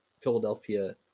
Philadelphia